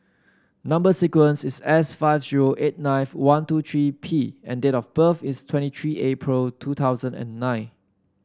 number sequence is S five zero eight ninth one two three P and date of birth is twenty three April two thousand and nine